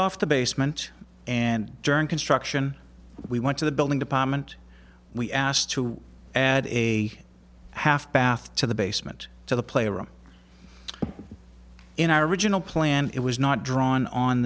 off the basement and journey construction we went to the building department we asked two and a half bath to the basement to the playroom in our original plan it was not drawn on